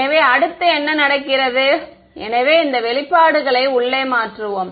எனவே அடுத்து என்ன நடக்கிறது எனவே இந்த வெளிப்பாடுகளை உள்ளே மாற்றுவோம்